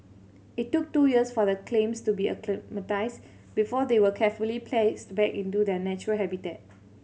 it took two years for the clams to be acclimatised before they were carefully placed back into their natural habitat